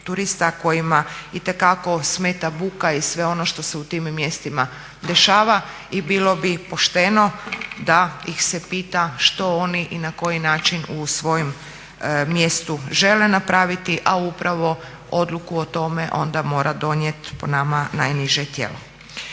turista kojima itekako smeta buka i sve ono što se u tim mjestima dešava i bilo bi pošteno da ih se pita što oni i na koji način u svojem mjestu žele napraviti a upravo odluku o tome onda mora donijeti po nama najniže tijelo.